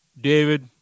David